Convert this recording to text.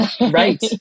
Right